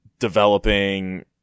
developing